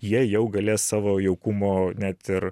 jie jau galės savo jaukumo net ir